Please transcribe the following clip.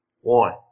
One